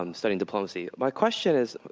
and studying diplomacy. my question is,